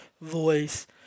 voice